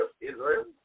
Israel